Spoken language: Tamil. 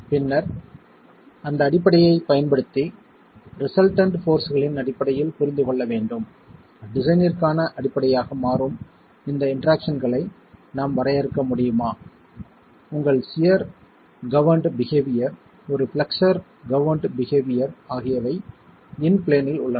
பின்னர் அந்த அடிப்படையைப் பயன்படுத்தி ரிசல்டன்ட் போர்ஸ்களின் அடிப்படையில் புரிந்து கொள்ள வேண்டும் டிசைனிற்கான அடிப்படையாக மாறும் இந்த இன்டெராக்சன்களை நாம் வரையறுக்க முடியுமா உங்கள் சியர் கவர்ன்ட் பிஹேவியர் ஒரு பிளக்ஸ்ஸர் கவர்ன்ட் பிஹேவியர் ஆகியவை இன் பிளேன்னில் உள்ளன